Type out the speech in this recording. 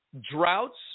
droughts